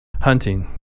Hunting